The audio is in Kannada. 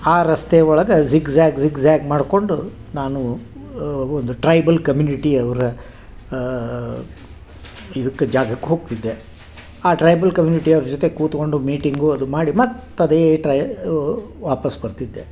ಆ ರಸ್ತೆ ಒಳಗೆ ಜಿಗ್ಜ್ಯಾಗ್ ಜಿಗ್ಜ್ಯಾಗ್ ಮಾಡಿಕೊಂಡು ನಾನು ಒಂದು ಟ್ರೈಬಲ್ ಕಮ್ಯೂನಿಟಿ ಅವರ ಇದಕ್ಕೆ ಜಾಗಕ್ಕೆ ಹೋಗ್ತಿದ್ದೆ ಆ ಟ್ರೈಬಲ್ ಕಮ್ಯೂನಿಟಿಯವ್ರ ಜೊತೆ ಕೂತ್ಕೊಂಡು ಮೀಟಿಂಗು ಅದು ಮಾಡಿ ಮತ್ತು ಅದೇ ಟ್ರೈ ವಾಪಸ್ಸು ಬರ್ತಿದ್ದೆ